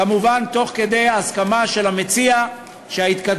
כמובן תוך כדי הסכמה של המציע שההתקדמות